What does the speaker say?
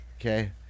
Okay